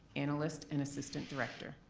analyst, and assistant director.